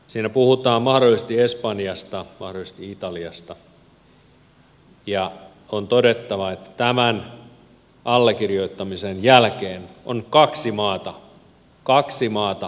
siinä puhutaan mahdollisesti espanjasta mahdollisesti italiasta ja on todettava että tämän allekirjoittamisen jälkeen on kaksi maata kaksi maata jo tullut jonoon mukaan